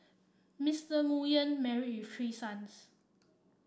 Mister Nguyen marry with three sons